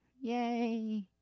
yay